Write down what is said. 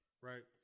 right